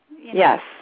Yes